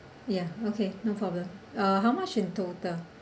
ya okay no problem uh how much in total